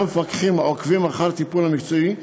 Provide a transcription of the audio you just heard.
והמפקחים עוקבים אחר הטיפול המקצועי.